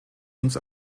uns